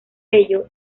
ello